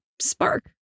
spark